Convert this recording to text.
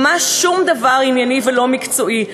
ממש שום דבר ענייני או מקצועי.